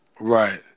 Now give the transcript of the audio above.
Right